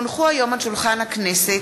כי הונחו היום על שולחן הכנסת,